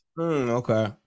Okay